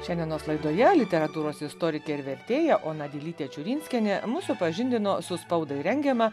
šiandienos laidoje literatūros istorikė ir vertėja ona dilytė čiurinskienė mus supažindino su spaudai rengiama